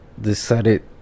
decided